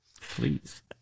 Please